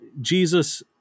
Jesus